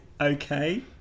Okay